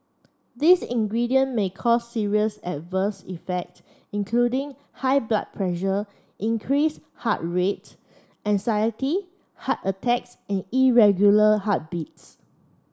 these ingredient may cause serious adverse effect including high blood pressure increased heart rate anxiety heart attacks and irregular heartbeats